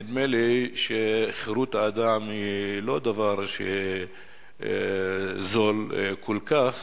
נדמה לי, ואומרת שחירות האדם היא לא דבר זול כל כך